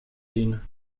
dienen